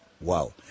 Wow